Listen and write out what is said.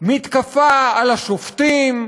מתקפה על השופטים,